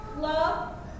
Love